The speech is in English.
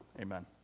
amen